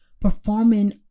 performing